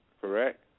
correct